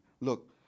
Look